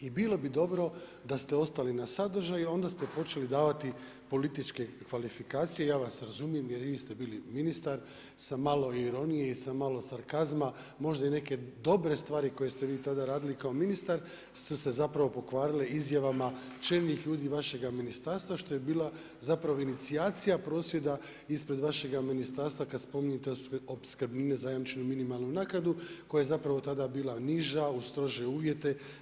I bilo bi dobro da ste ostali na sadržaju, onda ste počeli davati političke kvalifikacije, ja vas razumijem, jer vi ste bili ministar, sa malo ironije i sa malo sarkazma, možda i neke dobre stvari koje ste vi tada radili kao ministar, su se zapravo pokvarile izjavama čelnih ljudi vašega ministarstva, što je bila zapravo inicijacija procjena ispred vašega ministarstva, kad spominjete opskrbnine zajamčene minimalnom naknadom, koja je zapravo tada bila niža uz strože uvijete.